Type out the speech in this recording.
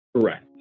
Correct